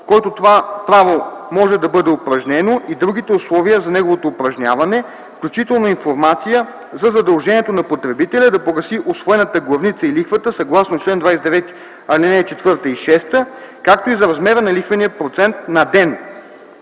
в който това право може да бъде упражнено, и другите условия за неговото упражняване, включително информация за задължението на потребителя да погаси усвоената главница и лихвата съгласно чл. 29, ал. 4 и 6, както и за размера на лихвения процент на ден;